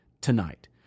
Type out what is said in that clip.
tonight